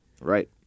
Right